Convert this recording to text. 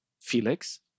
Felix